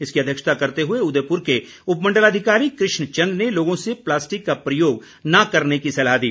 इसकी अध्यक्षता करते हुए उदयपूर के उपमण्डल अधिकारी कृष्ण चंद ने लोगों से प्लास्टिक का प्रयोग न करने की सलाह दी